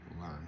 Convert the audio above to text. learn